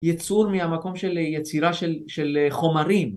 ייצור מהמקום של יצירה של חומרים